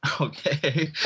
Okay